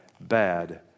bad